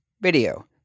video